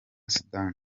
sudani